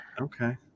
Okay